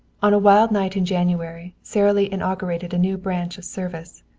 on a wild night in january sara lee inaugurated a new branch of service.